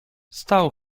stał